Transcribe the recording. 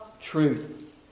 truth